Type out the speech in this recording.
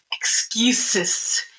Excuses